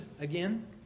again